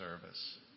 service